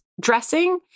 dressing